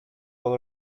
all